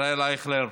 ישראל אייכלר,